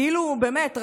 כאילו באמת,